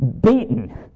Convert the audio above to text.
beaten